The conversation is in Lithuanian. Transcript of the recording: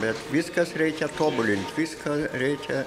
bet viskas reikia tobulint viską reikia